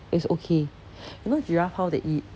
it's okay you know giraffe how they eat